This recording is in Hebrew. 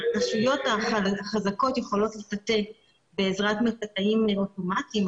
הרשויות החזקות יכולות לטאטא בעזרת מטאטאים אוטומטיים,